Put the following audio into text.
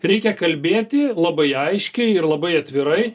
reikia kalbėti labai aiškiai ir labai atvirai